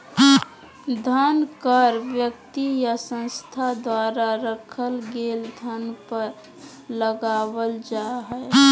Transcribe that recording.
धन कर व्यक्ति या संस्था द्वारा रखल गेल धन पर लगावल जा हइ